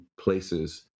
places